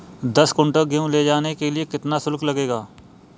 दस कुंटल गेहूँ ले जाने के लिए कितना शुल्क लगेगा?